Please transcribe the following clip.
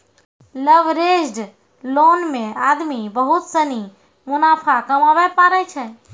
leveraged loan मे आदमी बहुत सनी मुनाफा कमाबै पारै छै